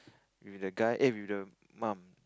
with the guy eh with the mum